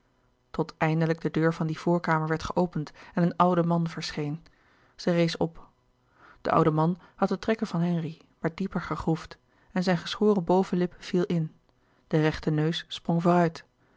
tot eindelijk de deur van die voorkamer werd geopend en een oude man verscheen zij rees louis couperus de boeken der kleine zielen op de oude man had de trekken van henri maar dieper gegroefd en zijn geschoren bovenlip viel in de rechte neus